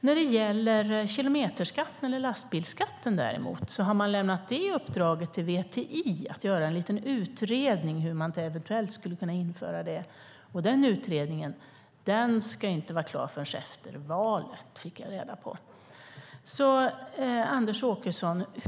När det däremot gäller kilometer eller lastbilsskatten har man lämnat ett uppdrag till VTI att göra en liten utredning om hur man eventuellt skulle kunna införa det. Men den utredningen ska inte vara klar förrän efter valet, fick jag reda på.